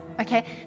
okay